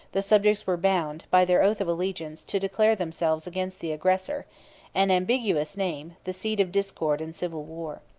the subjects were bound, by their oath of allegiance, to declare themselves against the aggressor an ambiguous name, the seed of discord and civil war.